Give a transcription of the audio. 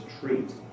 treat